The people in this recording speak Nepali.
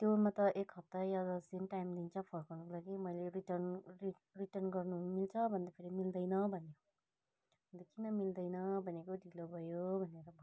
त्योमा त एक हप्ता या त सेम टाइम दिन्छ फर्काउनुको लागि मैले रिटर्न रिट रिटर्न गर्नु मिल्छ भन्दाखेरि मिल्दैन भन्यो अन्त किन मिल्दैन भनेको ढिलो भयो भनेर भन्यो